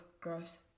gross